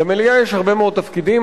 למליאה יש הרבה מאוד תפקידים,